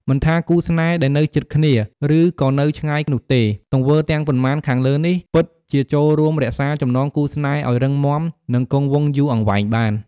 មិនថាគូរស្នេហ៍ដែលនៅជិតគ្នាឬក៏នៅឆ្ងាយនោះទេ ទង្វើទាំងប៉ុន្មានខាងលើនេះពិតជាចូលរួមរក្សាចំំណងគូរស្នេហ៍ឱ្យរឹងមាំ និងគង់វង្សយូរអង្វែងបាន។